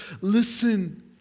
Listen